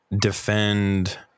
defend